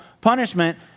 punishment